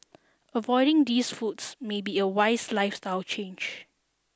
avoiding these foods may be a wise lifestyle change